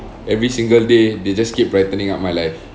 every single day they just keep brightening up my life